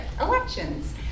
elections